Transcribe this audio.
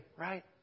Right